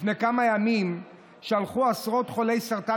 לפני כמה ימים שלחו עשרות חולי סרטן